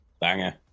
banger